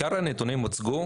עיקר הנתונים כבר הוצגו